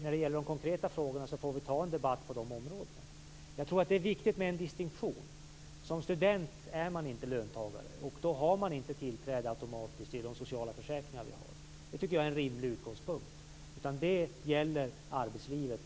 När det gäller de konkreta frågorna får vi ta en debatt på de olika områdena. Jag tror att det är viktigt med en distinktion. Som student är man inte löntagare, och då har man inte automatiskt tillträde till de sociala försäkringar vi har. Det tycker jag är en rimlig utgångspunkt. Dessa försäkringar gäller arbetslivet.